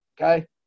Okay